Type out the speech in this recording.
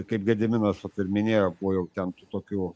kaip gediminas vat ir minėjo buvo jau ten tų tokių